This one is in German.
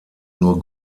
nur